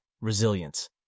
resilience